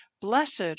Blessed